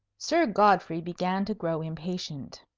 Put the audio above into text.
sir godfrey began to grow impatient.